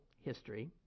history